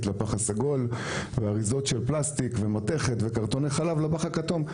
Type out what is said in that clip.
לפח הסגול ואריזות של פלסטיק ומתכת וקרטוני חלב לפח הכתום.